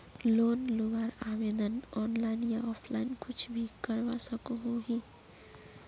Loan लुबार आवेदन online या ऑफलाइन कुछ भी करवा सकोहो ही?